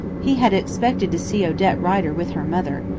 he had expected to see odette rider with her mother,